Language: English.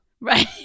Right